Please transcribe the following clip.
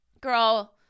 Girl